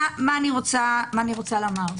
מה אני רוצה לומר?